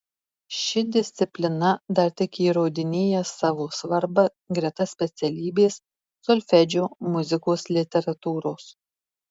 ši disciplina dar tik įrodinėja savo svarbą greta specialybės solfedžio muzikos literatūros